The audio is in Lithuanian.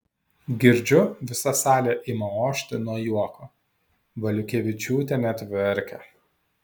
girdžiu visa salė ima ošti nuo juoko valiukevičiūtė net verkia